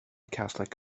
catholic